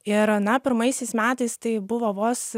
ir na pirmaisiais metais tai buvo vos